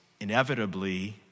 inevitably